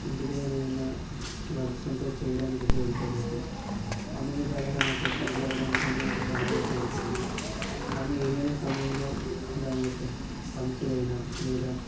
ఇంటిదగ్గర ఏదైనా వర్క్స్ ఉంటే చేయడానికి ఉపయోగపడేది అన్నీ విధాలగా నాకు ఎక్కడికి వెళ్లడానికైనా బాగా ఉపయోగపడింది కానీ ఏదైనా సమయంలో దాని యొక్క పంచర్ అయినా లేదా